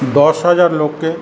দশ হাজার লোককে